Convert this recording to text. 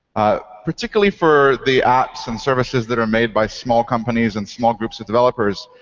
ah particularly for the apps and services that are made by small companies and small groups of developers,